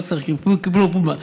לא צריך, יקבלו, בובה.